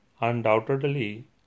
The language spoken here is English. undoubtedly